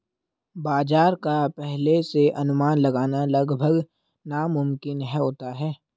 बाजार का पहले से अनुमान लगाना लगभग नामुमकिन होता है